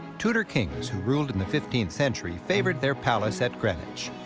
tudor kings, who ruled in the fifteenth century, favored their palace at greenwich.